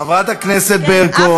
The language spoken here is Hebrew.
חברת הכנסת ברקו,